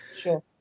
sure